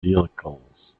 vehicles